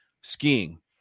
Skiing